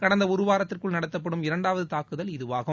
கடந்த ஒரு வாரத்திற்குள் நடத்தப்படும் இரண்டாவது தாக்குதல் இதுவாகும்